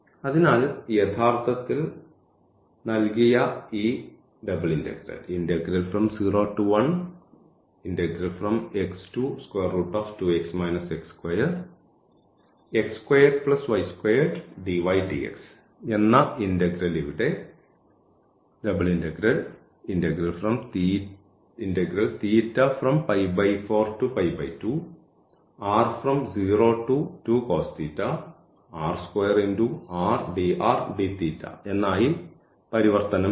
അതിനാൽ യഥാർത്ഥത്തിൽ നൽകിയ ഈ എന്ന ഇന്റഗ്രൽ ഇവിടെ എന്നായി പരിവർത്തനം ചെയ്യും